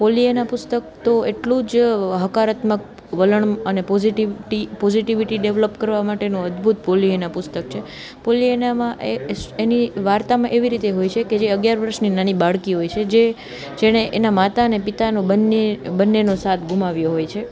Pollyanna પુસ્તક તો એટલું જ હકારાત્મક વલણ અને પોઝિટીવિટી ડેવલપ કરવા માટેનું અદભૂત પોલીએના પુસ્તક છે પોલીએનામાં એ એની વાર્તામાં એવી રીતે હોય છે કે જે અગિયાર વર્ષની નાની બાળકી હોય છે જે જેણે એના માતા અને પિતા બંને બંનેનો સાથ ગુમાવ્યો હોય છે